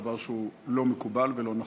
דבר שהוא לא מקובל ולא נכון.